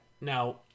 Now